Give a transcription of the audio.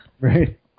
Right